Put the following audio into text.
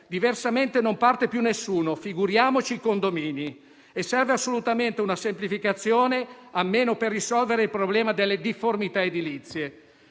diversamente non parte più nessuno, figuriamoci i condomini. Serve assolutamente una semplificazione, almeno per risolvere il problema delle difformità edilizie.